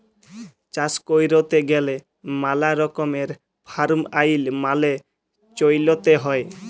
চাষ ক্যইরতে গ্যালে ম্যালা রকমের ফার্ম আইল মালে চ্যইলতে হ্যয়